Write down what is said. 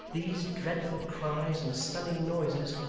these dreadful cries and stunning noises,